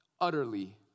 utterly